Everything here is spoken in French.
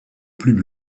plus